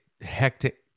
hectic